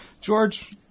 George